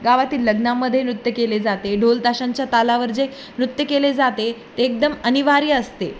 गावातील लग्नामध्ये नृत्य केले जाते ढोल ताशांच्या तालावर जे नृत्य केले जाते ते एकदम अनिवार्य असते